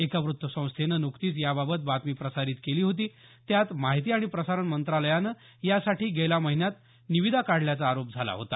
एका वृत्तसंस्थेनं न्कतीच याबाबत बातमी प्रसारित केली होती त्यात माहिती आणि प्रसारण मंत्रालयानं यासाठी गेल्या महिन्यात निविदा काढल्याचा आरोप झाला होता